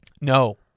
No